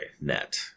net